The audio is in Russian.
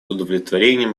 удовлетворением